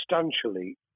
substantially